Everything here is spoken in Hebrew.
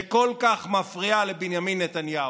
שכל כך מפריעה לבנימין נתניהו.